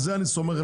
בזה אני סומך על